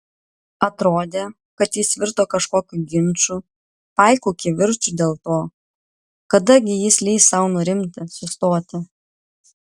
atrodė kad jis virto kažkokiu ginču paiku kivirču dėl to kada gi jis leis sau nurimti sustoti